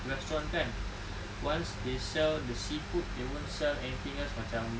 restaurant kan once they sell the seafood they won't sell anything else macam